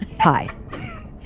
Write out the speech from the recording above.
Hi